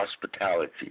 hospitality